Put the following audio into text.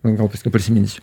gal paskui prisiminsiu